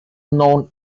known